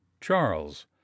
charles